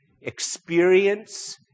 experience